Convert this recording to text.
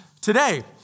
today